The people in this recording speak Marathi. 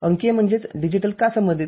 अंकीय का संबंधित